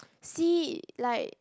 C like